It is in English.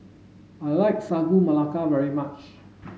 I like Sagu Melaka very much